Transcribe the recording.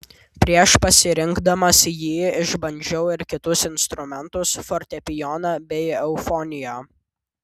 prieš pasirinkdamas jį išbandžiau ir kitus instrumentus fortepijoną bei eufoniją